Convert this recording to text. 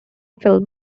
film